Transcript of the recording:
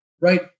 Right